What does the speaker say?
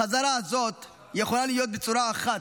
החזרה הזאת יכולה להיות בצורה אחת: